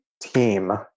team